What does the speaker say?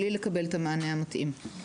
בלי לקבל את המענה המתאים.